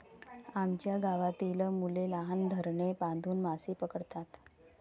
आमच्या गावातील मुले लहान धरणे बांधून मासे पकडतात